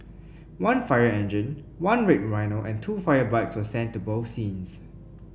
one fire engine one red rhino and two fire bikes were sent to both scenes